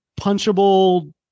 punchable